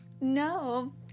No